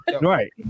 Right